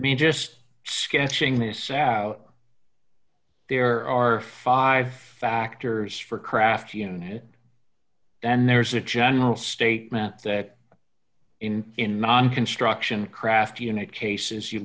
i mean just sketching this out there are five factors for craft unit and there's a general statement that in in non construction craft unit cases you